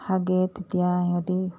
হাগে তেতিয়া সিহঁতি